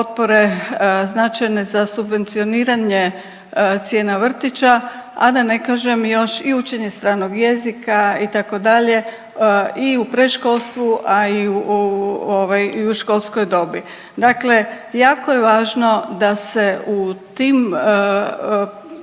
potpore značajne za subvencioniranje cijena vrtića, a da ne kažem još i učenje stranog jezika itd. i u predškolstvu, a i u ovaj i u školskoj dobi. Dakle, jako je važno da se u tim, tom